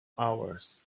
hours